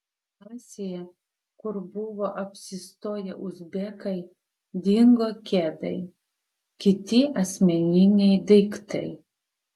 klasėje kur buvo apsistoję uzbekai dingo kedai kiti asmeniniai daiktai